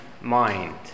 mind